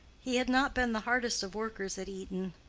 he had not been the hardest of workers at eton.